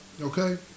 Okay